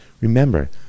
Remember